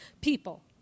people